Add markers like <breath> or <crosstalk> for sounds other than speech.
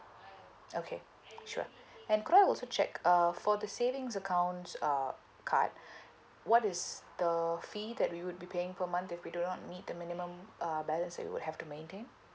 okay sure <breath> and could I also check uh for the savings account uh card <breath> what is the fee that we would be paying per month if we do not meet the minimum uh balance that we'd have to maintain